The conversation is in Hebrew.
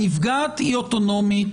הנפגעת היא אוטונומית,